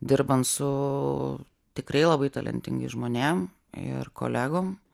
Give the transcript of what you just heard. dirbant su tikrai labai talentingais žmonėm ir kolegom